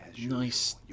nice